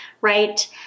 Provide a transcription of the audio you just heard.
Right